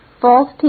false